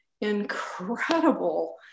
incredible